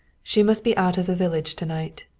she must be out of the village to-night.